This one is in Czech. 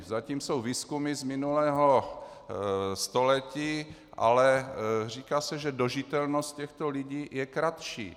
Zatím jsou výzkumy z minulého století, ale říká se, že dožitelnost těchto lidí je kratší.